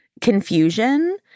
confusion—